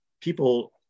people